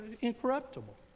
Incorruptible